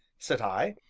said i,